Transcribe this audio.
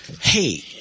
hey